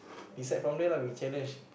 decide from there lah we challenge